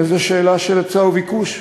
וזו שאלה של היצע וביקוש.